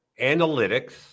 analytics